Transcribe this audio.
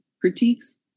critiques